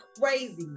crazy